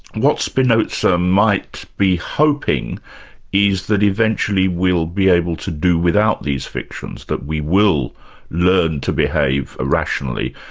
what spinoza might be hoping is that eventually we'll be able to do without these fictions, that we will learn to behave rationally,